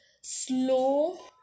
slow